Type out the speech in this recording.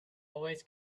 always